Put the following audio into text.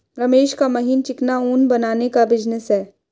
रमेश का महीन चिकना ऊन बनाने का बिजनेस है